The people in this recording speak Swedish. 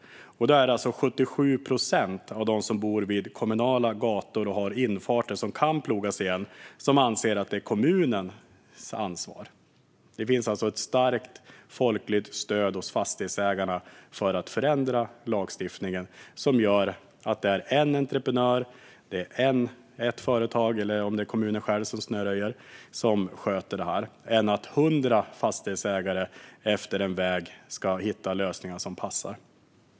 Av dem som bor vid kommunala gator och har infarter som kan plogas igen anser 77 procent att det är kommunens ansvar. Det finns alltså ett starkt folkligt stöd bland fastighetsägarna för att förändra lagstiftningen så att det är en entreprenör, ett företag eller kommunen själv som sköter detta, i stället för att 100 fastighetsägare längs en väg ska hitta lösningar som passar.